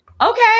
Okay